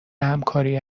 همکاری